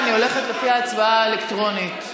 ההצבעה האלקטרונית.